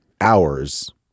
hours